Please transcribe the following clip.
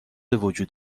وجود